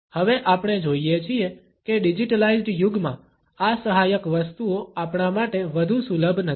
હવે આપણે જોઇએ છીએ કે ડિજિટલાઇઝ્ડ યુગમાં આ સહાયક વસ્તુઓ આપણા માટે વધુ સુલભ નથી